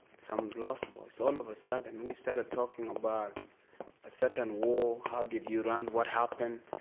some lost boys, all of a sudden we started talking about a certain war, how did you run, what happened.